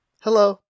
Hello